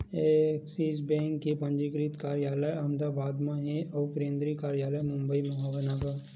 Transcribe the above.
Axis Bank के पंजीकृत कारयालय अहमदाबाद म हे अउ केंद्रीय कारयालय मुबई म हवय न गा